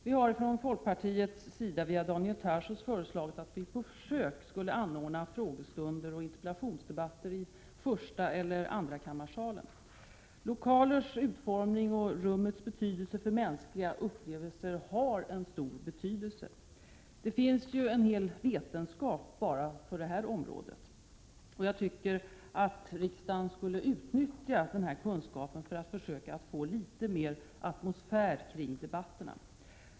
Vi har från folkpartiets sida genom Daniel Tarschys föreslagit att vi på försök skulle anordna frågestunden och interpellationsdebatter i förstaeller andrakammarsalen. Lokalers utformning och rummets betydelse för mänskliga upplevelser har stor betydelse. Det finns ju en hel vetenskap bara om detta område. Jag tycker att riksdagen skulle utnyttja denna kunskap för att försöka få litet mer atmosfär kring debatterna.